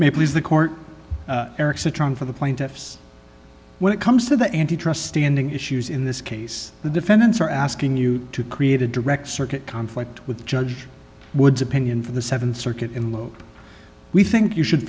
please the court for the plaintiffs when it comes to the antitrust standing issues in this case the defendants are asking you to create a direct circuit conflict with judge woods opinion for the th circuit in we think you should